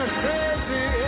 crazy